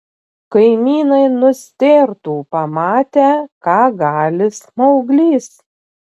kaimynai nustėrtų pamatę ką gali smauglys